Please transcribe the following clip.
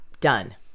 Done